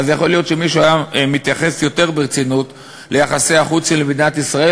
יכול להיות שמישהו היה מתייחס יותר ברצינות ליחסי החוץ של מדינת ישראל,